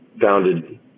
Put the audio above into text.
Founded